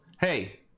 hey